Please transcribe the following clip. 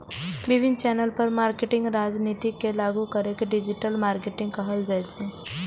विभिन्न चैनल पर मार्केटिंग रणनीति के लागू करै के डिजिटल मार्केटिंग कहल जाइ छै